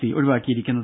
C ഒഴിവാക്കിയിരിക്കുന്നത്